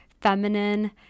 feminine